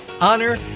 honor